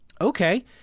Okay